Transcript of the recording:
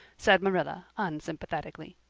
said marilla unsympathetically.